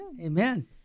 Amen